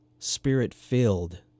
spirit-filled